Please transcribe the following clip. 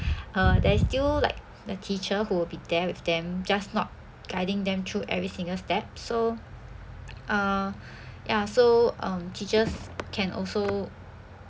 uh there's still like the teacher who will be there with them just not guiding them through every single step so uh ya so um teachers can also